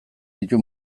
ditu